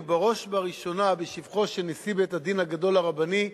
ובראש ובראשונה לשבחו של נשיא בית-הדין הרבני הגדול,